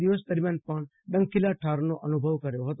દિવસ દરમિયાન પણ ડખોલા ઠાર નો અનુભવ કર્યો હતો